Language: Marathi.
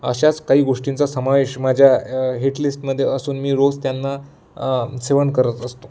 अशाच काही गोष्टींचा समावेश माझ्या हिटलिस्टमध्ये असून मी रोज त्यांना सेवण करत असतो